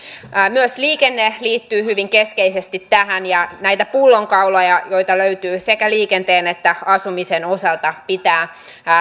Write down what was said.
myös liikenne liittyy hyvin keskeisesti tähän ja näitä pullonkauloja joita löytyy sekä liikenteen että asumisen osalta pitää